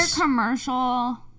commercial